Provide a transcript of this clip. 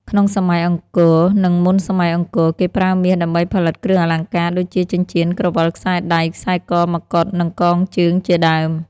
ក្នុងសម័យអង្គរនឹងមុនសម័យអង្គរ គេប្រើមាសដើម្បីផលិតគ្រឿងអលង្ការដូចជាចិញ្ចៀន ក្រវិល ខ្សែដៃ ខ្សែក ម្កុដ និងកងជើងជាដើម។